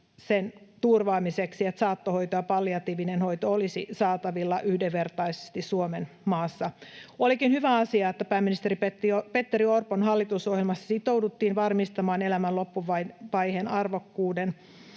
sen turvaamiseksi, että saattohoito ja palliatiivinen hoito olisivat saatavilla yhdenvertaisesti Suomenmaassa. Olikin hyvä asia, että pääministeri Petteri Orpon hallitusohjelmassa sitouduttiin varmistamaan elämän loppuvaiheen arvokkuus